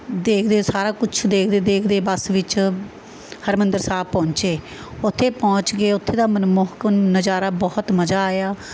ਦੇਖਦੇ ਸਾਰਾ ਕੁਛ ਦੇਖਦੇ ਦੇਖਦੇ ਬੱਸ ਵਿੱਚ ਹਰਿਮੰਦਰ ਸਾਹਿਬ ਪਹੁੰਚੇ ਉੱਥੇ ਪਹੁੰਚ ਕੇ ਉੱਥੇ ਦਾ ਮਨਮੋਹਕ ਨਜ਼ਾਰਾ ਬਹੁਤ ਮਜ਼ਾ ਆਇਆ